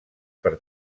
per